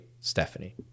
Stephanie